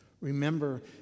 Remember